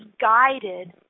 guided